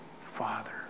Father